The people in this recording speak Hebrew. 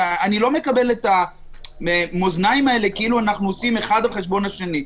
אני לא מקבל את המאזניים האלה כאילו אנחנו עושים אחד על חשבון השני.